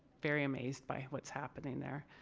very amazed by what's happening there.